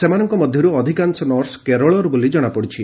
ସେମାନଙ୍କ ମଧ୍ୟରୁ ଅଧିକାଂଶ ନର୍ସ କେରଳର ବୋଲି କଣାପଡ଼ିଛି